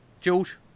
George